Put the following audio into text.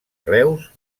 reus